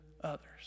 others